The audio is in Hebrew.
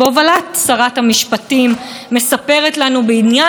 ומערכת הפרדת הרשויות והאיזונים והבלמים.